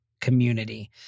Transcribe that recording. community